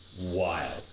wild